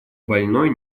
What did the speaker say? больной